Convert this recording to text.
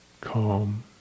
calm